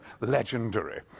legendary